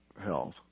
health